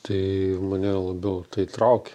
tai mane labiau tai traukia